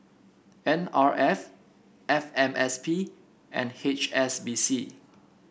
N R F F M S P and H S B C